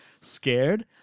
scared